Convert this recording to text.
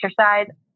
exercise